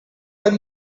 are